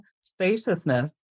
spaciousness